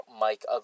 Mike